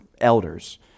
elders